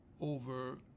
over